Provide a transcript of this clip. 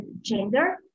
gender